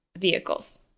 vehicles